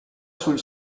sul